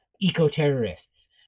eco-terrorists